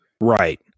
Right